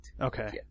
Okay